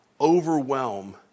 overwhelm